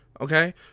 Okay